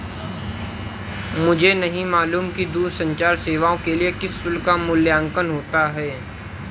मुझे नहीं मालूम कि दूरसंचार सेवाओं के लिए किस शुल्क का मूल्यांकन होता है?